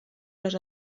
les